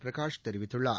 பிரகாஷ் தெரிவித்துள்ளார்